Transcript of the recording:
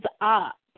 up